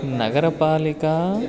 नगरपालिका